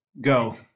go